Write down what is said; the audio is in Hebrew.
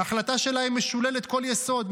ההחלטה שלהם משוללת כל יסוד,